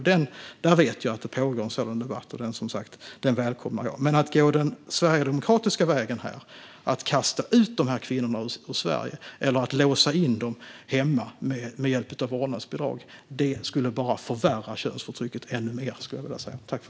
Jag vet att en sådan debatt pågår, och den välkomnar jag. Att gå den sverigedemokratiska vägen och kasta ut kvinnorna ur Sverige eller låsa in dem hemma med hjälp av vårdnadsbidrag skulle bara förvärra könsförtycket ännu mer.